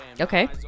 Okay